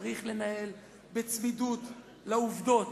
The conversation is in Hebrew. צריך לנהל בצמידות לעובדות.